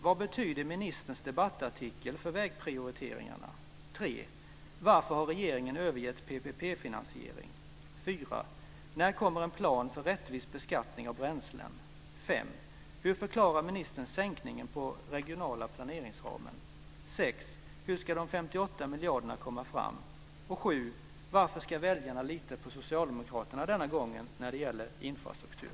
Vad betyder ministerns debattartikel för vägprioriteringarna? 3. Varför har regeringen övergett PPP finansieringen? 4. När kommer en plan för rättvis beskattning av bränslen? 5. Hur förklarar ministern sänkningen av den regionala planeringsramen? 6. Hur ska de 58 miljarderna komma fram? 7. Varför ska väljarna lita på Socialdemokraterna denna gång när det gäller infrastruktur?